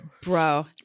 Bro